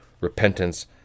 repentance